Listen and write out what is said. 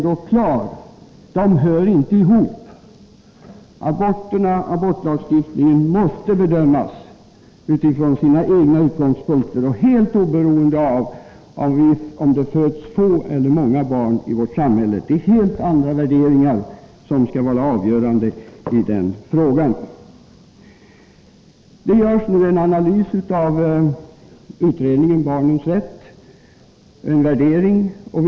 Dessa frågor hör inte ihop. Abortlagstiftningen måste bestämmas från sina egna utgångspunkter och helt oberoende av om det föds få eller många barn i vårt samhälle. Det är helt andra värderingar som skall vara avgörande i den frågan. Det görs nu en analys och värdering av de här frågorna av utredningen om barnens rätt.